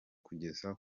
kugeza